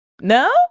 No